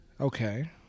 Okay